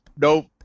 nope